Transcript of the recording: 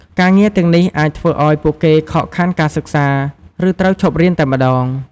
ការងារទាំងនេះអាចធ្វើឲ្យពួកគេខកខានការសិក្សា ឬត្រូវឈប់រៀនតែម្តង។